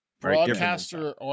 Broadcaster